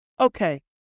Okay